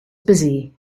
busy